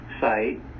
site